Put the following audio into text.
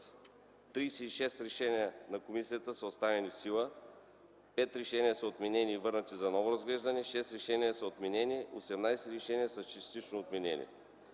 36 решения на комисията са оставени в сила; - 5 решения са отменени и върнати за ново разглеждане; - 6 решения са отменени; - 18 решения са частично отменени;